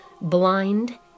Blind